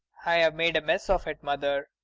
i've made a mess of it, mother.